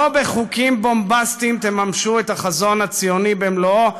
לא בחוקים בומבסטיים תממשו את החזון הציוני במלואו,